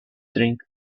drink